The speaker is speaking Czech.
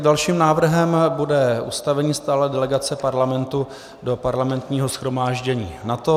Dalším návrhem bude ustavení stálé delegace Parlamentu do Parlamentního shromáždění NATO.